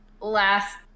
last